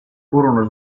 furono